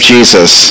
Jesus